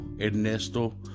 Ernesto